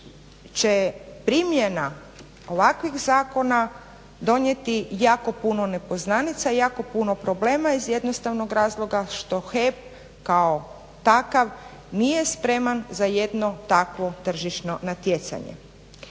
će primjena ovakvih zakona donijeti jako puno nepoznanica, jako puno problema iz jednostavnog razloga što HEP kao takav nije spreman za jedno takvo tržišno natjecanje.